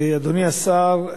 אדוני השר,